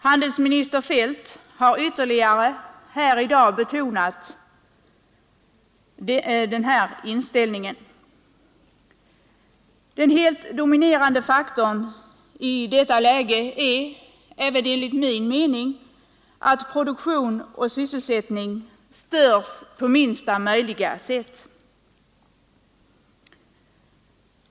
Handelsminister Feldt har ytterligare betonat den inställningen här i dag. Den helt dominerande faktorn i detta läge är, även enligt min mening, att produktion och sysselsättning störs på minsta möjliga sätt.